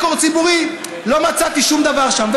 רקורד ציבורי, לא מצאתי שום דבר שם.